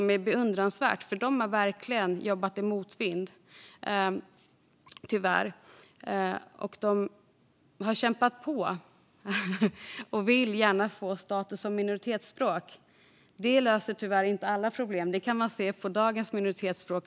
Det är beundransvärt, eftersom de tyvärr verkligen jobbat i motvind. De vill gärna att älvdalskan ska få status som minoritetsspråk. Det löser tyvärr inte alla problem, vilket vi kan se när det gäller dagens minoritetsspråk.